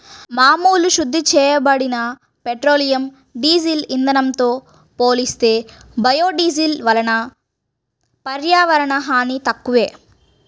మామూలు శుద్ధి చేయబడిన పెట్రోలియం, డీజిల్ ఇంధనంతో పోలిస్తే బయోడీజిల్ వలన పర్యావరణ హాని తక్కువే